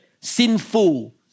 sinful